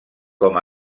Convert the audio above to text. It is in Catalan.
com